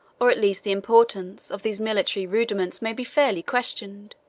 or at least the importance, of these military rudiments may be fairly questioned